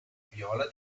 viola